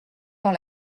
dans